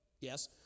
Yes